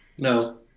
no